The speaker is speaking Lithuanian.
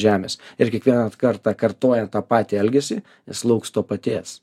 žemės ir kiekvieną kartą kartojant tą patį elgesį jis lauks to paties